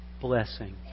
blessing